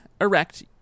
erect